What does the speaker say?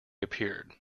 appeared